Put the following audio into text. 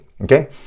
Okay